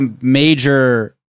major